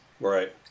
Right